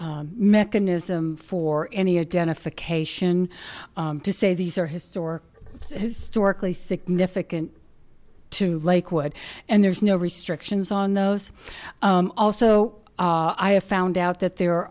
mechanism for any identification to say these are historic historically significant to lakewood and there's no restrictions on those also i have found out that there